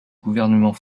gouvernement